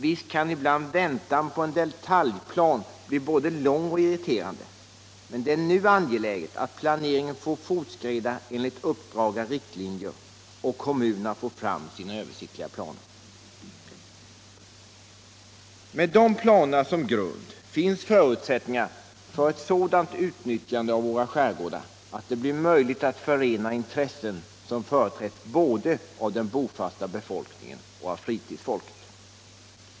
Visst kan ibland väntan på en detaljplan bli både lång och irriterande men det är nu angeläget att planeringen får fortskrida enligt uppdragna riktlinjer och att kommunerna får fram sina översiktliga planer. Med de planerna som grund finns förutsättningar för ett sådant utnyttjande av våra skärgårdar att det blir möjligt att förena intressen som företräds både av den bofasta befolkningen och av fritidsfolket.